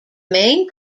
main